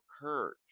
occurred